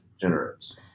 generates